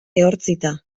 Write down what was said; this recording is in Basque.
ehortzita